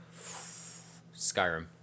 Skyrim